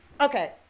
okay